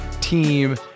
team